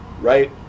right